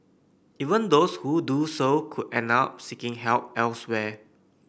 even those who do so could end up seeking help elsewhere